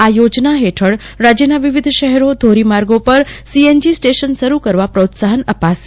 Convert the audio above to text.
આ યોજના હેઠળ રાજ્યના વિવિધ શહેરો ધોરી માર્ગો પર સીએનજી સ્ટેશન શરૂ કરવા પ્રોત્સાહન અપાશે